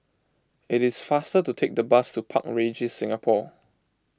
it is faster to take the bus to Park Regis Singapore